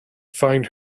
find